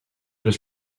just